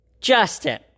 Justin